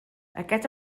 aquest